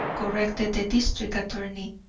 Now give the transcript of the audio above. corrected the district attorney.